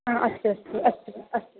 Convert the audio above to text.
हा अस्तु अस्तु अस्तु अस्तु